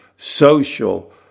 social